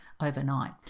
overnight